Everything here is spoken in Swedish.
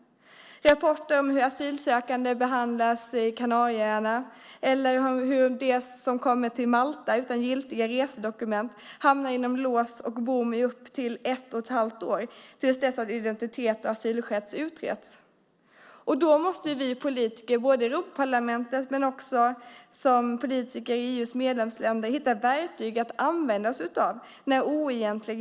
Vi får rapporter om hur asylsökande behandlas på Kanarieöarna och hur de som kommer till Malta utan giltiga resedokument hamnar bakom lås och bom i upp till ett och ett halvt år, tills identitet och asylskäl utretts. När oegentligheter sker måste vi politiker både i Europaparlamentet och i EU:s medlemsländer hitta verktyg att kunna använda oss av.